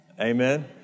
Amen